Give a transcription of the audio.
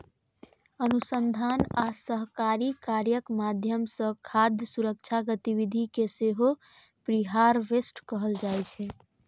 अनुसंधान आ सहकारी कार्यक माध्यम सं खाद्य सुरक्षा गतिविधि कें सेहो प्रीहार्वेस्ट कहल जाइ छै